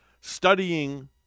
studying